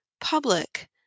public